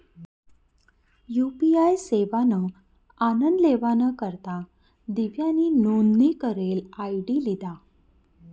UPI सेवाना आनन लेवाना करता दिव्यानी नोंदनी करेल आय.डी लिधा